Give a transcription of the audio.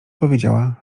powiedziała